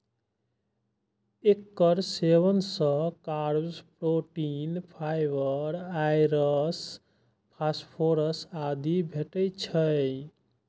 एकर सेवन सं carbs, protein, fibre, आयरस, फास्फोरस आदि भेटै छै